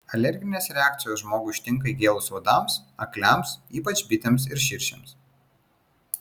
alerginės reakcijos žmogų ištinka įgėlus uodams akliams ypač bitėms ir širšėms